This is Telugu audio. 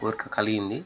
కోరిక కలిగింది